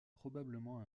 probablement